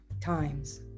times